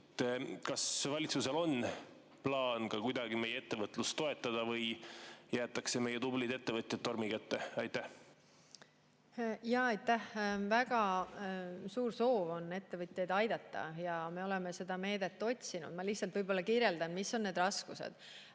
Kas valitsusel on plaan kuidagi ka meie ettevõtlust toetada või jäetakse meie tublid ettevõtjad tormi kätte? Aitäh! Väga suur soov on ettevõtjaid aidata ja me oleme seda meedet otsinud. Ma lihtsalt kirjeldan, mis on raskused